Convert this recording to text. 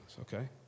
Okay